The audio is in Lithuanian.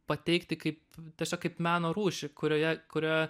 pateikti kaip tiesiog kaip meno rūšį kurioje kurioje